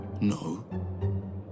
No